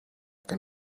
can